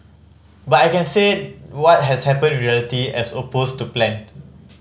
but I can say what has happened in reality as opposed to plan